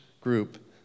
group